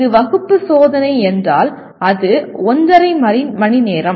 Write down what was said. இது வகுப்பு சோதனை என்றால் அது ஒன்றரை மணி நேரம்